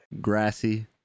Grassy